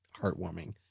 heartwarming